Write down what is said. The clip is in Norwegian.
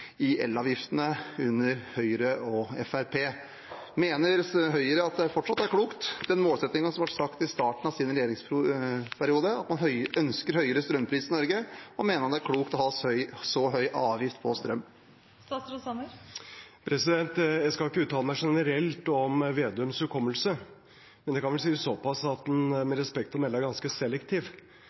elavgiftene under Høyre og Fremskrittspartiet. Mener Høyre fortsatt at den målsettingen man hadde ved starten av sin regjeringsperiode, at man ønsket seg høyere strømpris i Norge, er klok, og mener man det er klokt å ha en så høy avgift på strøm? Jeg skal ikke uttale meg generelt om representanten Slagsvold Vedums hukommelse, men jeg kan vel si såpass at den med respekt å melde er ganske selektiv.